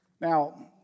Now